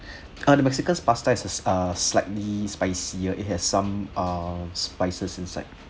uh the mexican pasta is a ah slightly spicier it has some ah spices inside